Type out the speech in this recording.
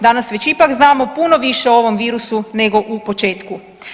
Danas već ipak znamo puno više o ovom virusu nego u početku.